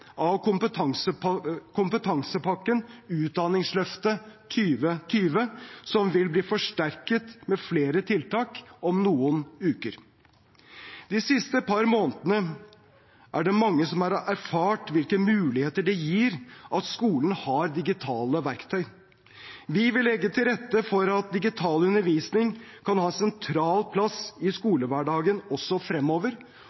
kompetansepakken «Utdanningsløftet 2020», som vil bli forsterket med flere tiltak om noen uker. De siste par månedene er det mange som har erfart hvilke muligheter det gir at skolen har digitale verktøy. Vi vil legge til rette for at digital undervisning kan ha en sentral plass i